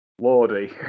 Lordy